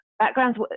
backgrounds